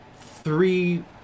three